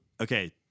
Okay